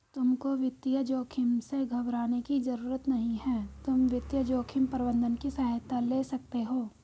तुमको वित्तीय जोखिम से घबराने की जरूरत नहीं है, तुम वित्तीय जोखिम प्रबंधन की सहायता ले सकते हो